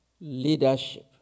leadership